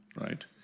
right